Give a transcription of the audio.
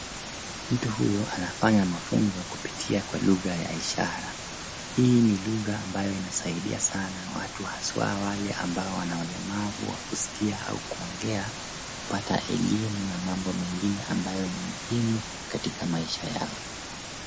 Mtu huyu anafanya mafunzo kupitia kwa lugha ya ishara. Hii ni lugha ambaye inazaidia sana watu haswa wale ambao una ulemavu wa kusikia au kuongea kupata elimu na mambo mengine ambao ni muhimu katika maisha yao.